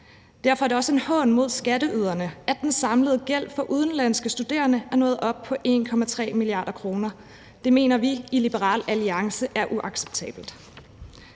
derfor er det også en hån imod skatteyderne, at den samlede gæld for udenlandske studerende er nået op på 1,3 mia. kr. Det mener vi i Liberal Alliance er uacceptabelt.